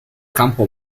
campo